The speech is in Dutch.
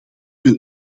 wil